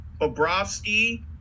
Bobrovsky